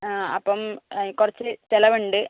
അപ്പോൾ കുറച്ച് ചിലവുണ്ട്